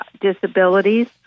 disabilities